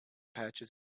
patches